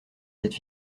cette